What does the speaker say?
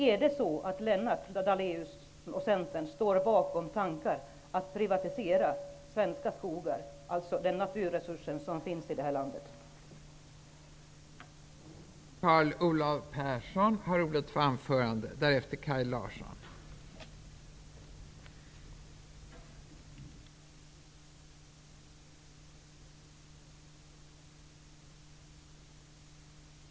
Jag undrar: Står Lennart Daléus och Centern bakom tankarna på en privatisering av svenska skogar, alltså av en naturresurs som det här landet har?